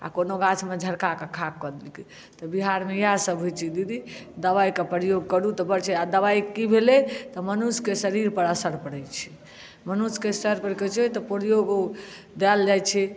आ कोनो गाछ मे झरका कऽ खाक कऽ देलकै तऽ बिहार मे इएह सब होइ छै दीदी दवाइ के प्रयोग करू तऽ बड छै आ दवाइ की भेलै तऽ मनुष्य के शरीर पर असर परै छै मनुष्य के तऽ पोलियोके देल जाइ छै